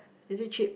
is it cheap